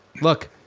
look